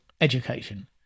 education